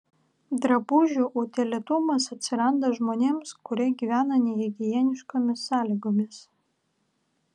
drabužių utėlėtumas atsiranda žmonėms kurie gyvena nehigieniškomis sąlygomis